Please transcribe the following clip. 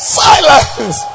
silence